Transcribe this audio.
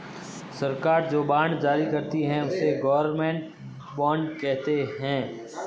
सरकार जो बॉन्ड जारी करती है, उसे गवर्नमेंट बॉन्ड कहते हैं